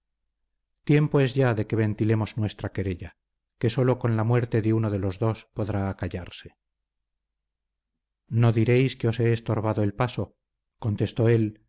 tiempo es ya de que ventilemos nuestra querella que sólo con la muerte de uno de los dos podrá acallarse no diréis que os he estorbado el paso contestó él